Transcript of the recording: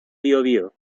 biobío